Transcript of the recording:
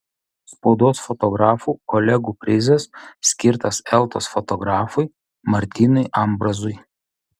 spaudos fotografų kolegų prizas skirtas eltos fotografui martynui ambrazui